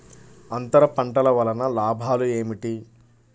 అంతర పంటల వలన లాభాలు ఏమిటి?